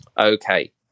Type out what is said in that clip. Okay